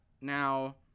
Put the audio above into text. now